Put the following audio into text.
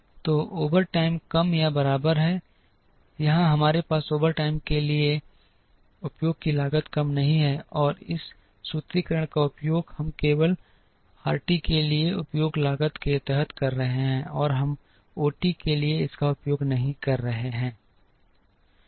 तो OT कम या बराबर है यहाँ हमारे पास OT के लिए उपयोग की लागत कम नहीं है और इस सूत्रीकरण का उपयोग हम केवल RT के लिए उपयोग लागत के तहत कर रहे हैं और हम OT के लिए इसका उपयोग नहीं कर रहे हैं